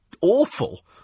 awful